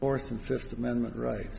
orth and fifth amendment right